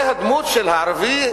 זה הדמות של הערבי,